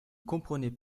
comprenait